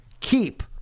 keep